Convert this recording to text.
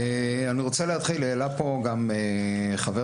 העלה פה חבר